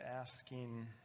asking